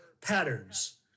patterns